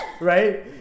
right